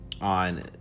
on